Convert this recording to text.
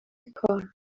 کار